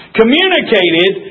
communicated